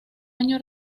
año